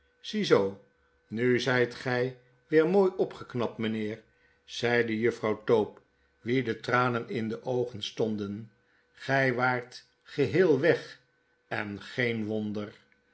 ziezoo nu zyt gy weer mooi opgeknapt mynheer zeide juffrouw tope wie de tranen in de oogen stonden b gij waart geheel weg en geen wonder